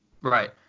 Right